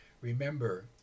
remember